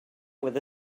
with